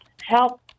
help